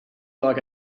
like